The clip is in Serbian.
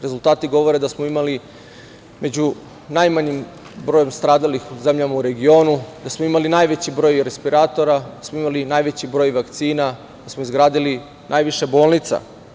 Rezultati govore da smo među zemljama koje su imale najmanji broj stradalih u regionu, da smo imali najveći broj respiratora, da smo imali najveći broj vakcina, da smo izgradili najviše bolnica.